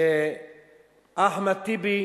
אחמד טיבי